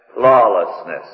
lawlessness